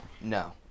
No